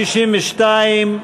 62,